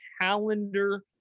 calendar